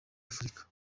afurika